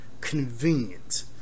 convenient